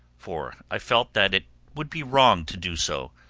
for i felt that it would be wrong to do so.